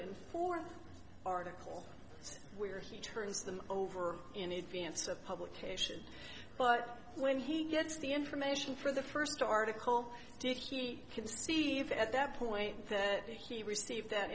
and fourth article where he turns them over in advance of publication but when he gets the information for the first article did he conceive it at that point that he received that